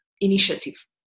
Initiative